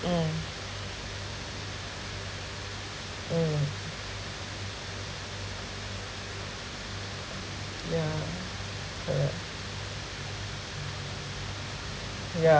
mm mm yeah correct yeah